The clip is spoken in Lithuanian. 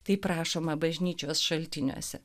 taip rašoma bažnyčios šaltiniuose